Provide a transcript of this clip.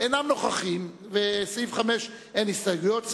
לסעיף 5, אין הסתייגויות.